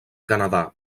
canadà